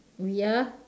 we are